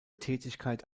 tätigkeit